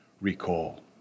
recall